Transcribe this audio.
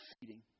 feeding